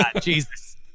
jesus